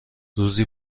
روزی